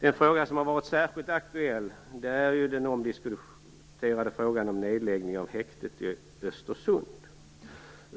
En fråga som har varit särskilt aktuell är den omdiskuterade frågan om nedläggning av häktet i Östersund.